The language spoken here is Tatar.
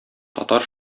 татар